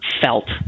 felt